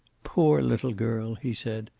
poor little girl! he said.